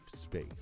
space